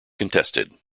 contested